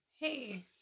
Hey